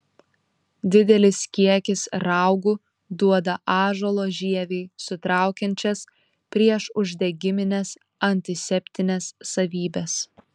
didelis kiekis raugų duoda ąžuolo žievei sutraukiančias priešuždegimines antiseptines savybes